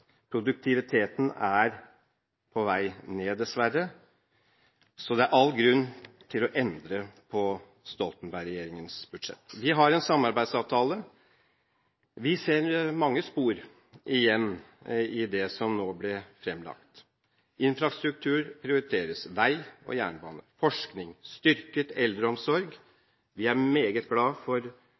Produktiviteten er dessverre på vei ned. Det er all grunn til å endre på Stoltenberg-regjeringens budsjett. Vi har en samarbeidsavtale. Vi ser mange spor, igjen, i det som nå ble fremlagt – infrastruktur, vei og jernbane og forskning prioriteres, eldreomsorgen styrkes. Vi er meget glad for